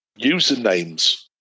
usernames